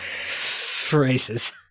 Phrases